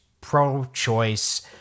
pro-choice